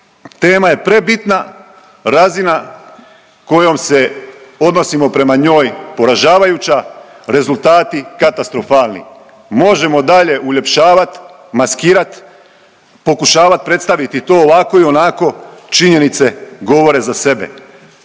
Tema je prebitna, razina kojom se odnosimo prema njoj poražavajuća, rezultati katastrofalni. Možemo dalje uljepšavat, maskirat, pokušavat predstaviti to ovako i onako, činjenice govore za sebe.